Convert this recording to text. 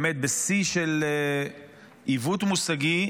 באמת בשיא של עיוות מושגי,